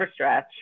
overstretch